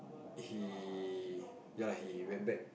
he ya lah he went back